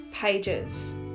pages